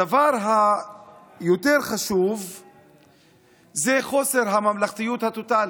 הדבר היותר-חשוב זה חוסר הממלכתיות הטוטלית.